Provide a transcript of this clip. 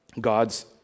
God's